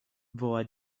woła